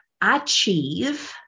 achieve